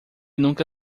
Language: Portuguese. nunca